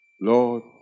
Lord